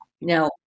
Now